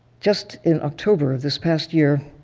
just in october of this past year,